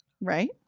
Right